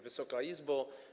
Wysoka Izbo!